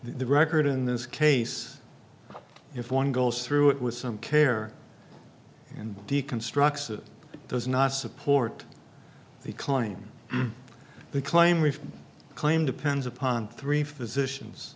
the record in this case if one goes through it with some care and deconstructs it does not support the claim they claim we claim depends upon three physicians